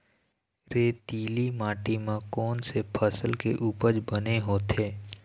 रेतीली माटी म कोन से फसल के उपज बने होथे?